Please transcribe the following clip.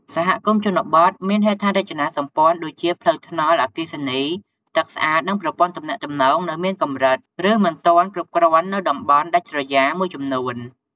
សហគមន៍ជនបទមានហេដ្ឋារចនាសម្ព័ន្ធដូចជាផ្លូវថ្នល់ អគ្គិសនី ទឹកស្អាត និងប្រព័ន្ធទំនាក់ទំនងនៅមានកម្រិត ឬមិនទាន់គ្រប់គ្រាន់នៅតំបន់ដាច់ស្រយាលមួយចំនួន។